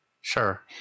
sure